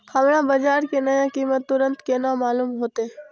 हमरा बाजार के नया कीमत तुरंत केना मालूम होते?